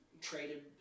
traded